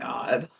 God